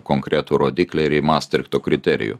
konkretų rodiklį ir į mastrichto kriterijų